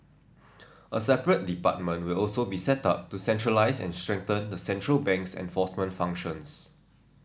a separate department will also be set up to centralise and strengthen the central bank's enforcement functions